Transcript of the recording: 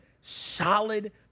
solid